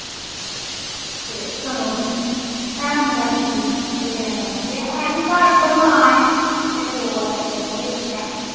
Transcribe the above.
ते करो फ्ही ऐ मुड़ा शरीफ ऐ बगैरा ऐबी ऐ बी घर उ'ऐ मां ऐ ते प्यो ऐ ते इक ओह् ते इक भैन ऐ